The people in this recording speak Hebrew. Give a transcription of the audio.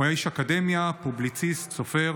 הוא היה איש אקדמיה, פובליציסט, סופר,